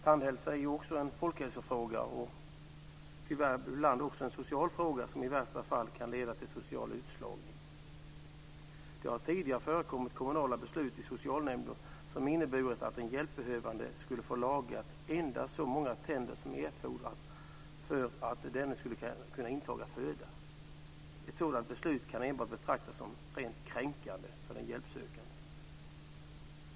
Tandhälsa är en folkhälsofråga, och tyvärr ibland också en social fråga. Dålig tandhälsa kan i värsta fall leda till social utslagning. Det har tidigare förekommit kommunala beslut i socialnämnder som inneburit att en hjälpbehövande skulle få lagat endast så många tänder som erfordrades för att denne skulle kunna intaga föda. Ett sådant beslut kan enbart betraktas som rent kränkande för den hjälpsökande.